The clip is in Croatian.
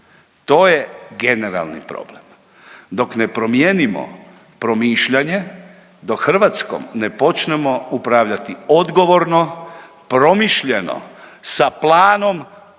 to je generalni problem. Dok ne promijenimo promišljanje dok Hrvatskom ne počnemo upravljati odgovorno, promišljeno, sa planom studiozno